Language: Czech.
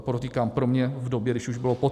Podotýkám, pro mě v době, když už bylo poté.